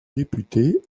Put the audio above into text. député